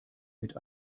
mit